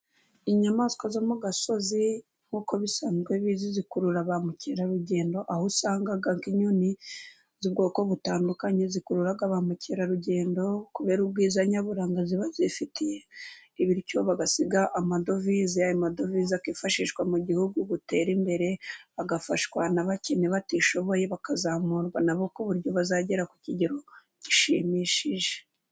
Inyamaswa zo mu gasozi nk'uko bisanzwe bizwi zikurura ba mukerarugendo, aho usanga inyoni z'ubwoko butandukanye zikurura ba mukerarugendo, kubera ubwiza nyaburanga ziba zifitiye, bityo bagasiga amadovize ayo madovize akifashishwa mu gihugu gutera imbere agafashwa na bakene batishoboye bakazamurwa nabo ku buryo bazagera ku kigero gishimishije.